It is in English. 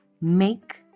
Make